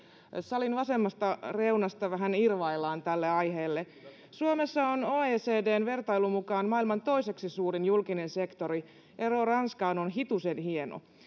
salin vasemmasta reunasta vähän irvaillaan tälle aiheelle suomessa on oecdn vertailun mukaan maailman toiseksi suurin julkinen sektori ero ranskaan on hitusen hieno